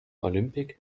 olympic